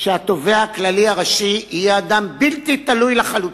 שהתובע הכללי הראשי יהיה אדם בלתי תלוי לחלוטין.